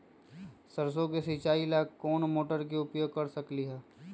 सरसों के सिचाई ला कोंन मोटर के उपयोग कर सकली ह?